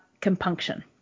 compunction